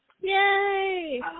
Yay